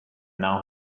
now